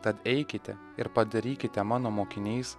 tad eikite ir padarykite mano mokiniais